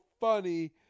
funny